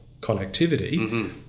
connectivity